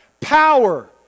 power